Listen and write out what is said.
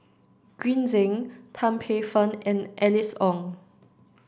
Green Zeng Tan Paey Fern and Alice Ong